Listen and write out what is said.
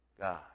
God